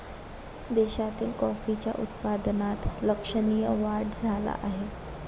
देशातील कॉफीच्या उत्पादनात लक्षणीय वाढ झाला आहे